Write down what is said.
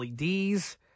LEDs